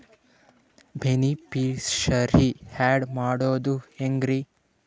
Beneficiary, add ಮಾಡೋದು ಹೆಂಗ್ರಿ?